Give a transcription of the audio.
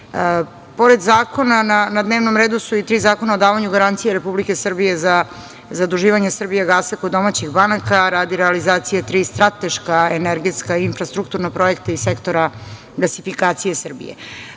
zakona, na dnevnom redu su i tri zakona o davanju garancija Republike Srbije za zaduživanje „Srbijagasa“ kod domaćih banaka radi realizacije tri strateška energetska i infrastrukturna projekta iz sektora gasifikacije Srbije. Uprkos